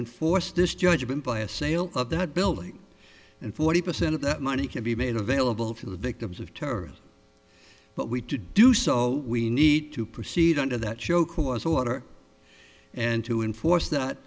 enforce this judgement by a sale of that building and forty percent of that money can be made available for the victims of terror but we to do so we need to proceed under that show cause order and to enforce that